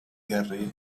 guerrer